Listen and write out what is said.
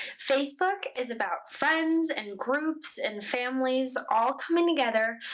facebook is about friends and groups and families all coming together,